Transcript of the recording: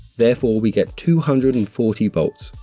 therefore, we get two hundred and forty volts.